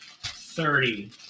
thirty